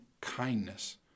kindness